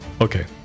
Okay